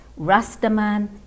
Rastaman